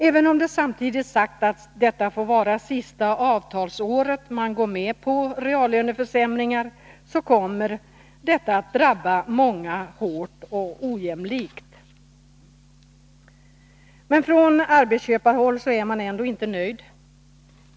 Även om det samtidigt sagts att detta får vara sista avtalsåret man går med på reallöneförsämringar, kommer det att drabba många hårt och ojämlikt. Men från arbetsköparhåll är man ändå inte nöjd.